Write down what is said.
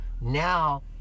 Now